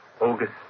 August